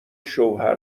شوهر